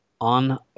on